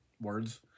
words